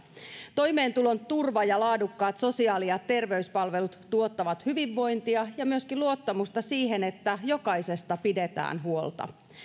toimeentulon turva ja laadukkaat sosiaali ja terveyspalvelut tuottavat hyvinvointia ja myöskin luottamusta siihen että jokaisesta pidetään huolta